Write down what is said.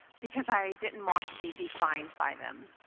because i didn't want to be defined by them.